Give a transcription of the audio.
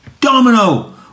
Domino